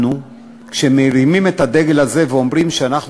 אנחנו שמרימים את הדגל הזה ואומרים שאנחנו